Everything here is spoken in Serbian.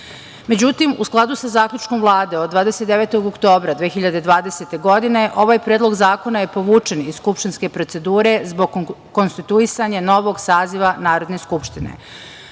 Međutim, u skladu sa Zaključkom Vlade od 29. oktobra 2020. godine, ovaj predlog zakona je povučen iz skupštinske procedure zbog konstituisanja novog saziva Narodne skupštine.